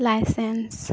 licence